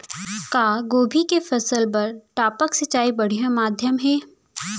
का गोभी के फसल बर टपक सिंचाई बढ़िया माधयम हे?